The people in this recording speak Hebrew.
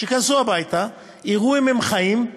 שייכנסו הביתה, יראו אם הם חיים,